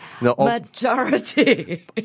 Majority